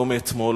לא מאתמול,